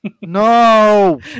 No